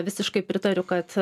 visiškai pritariu kad